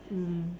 mm